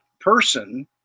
person